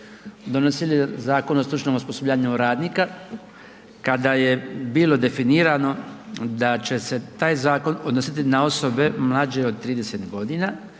donosili Zakon o stručnom osposobljavanju radnika kada je bilo definirano da će se taj zakon odnositi na osobe mlađe od 30.g. i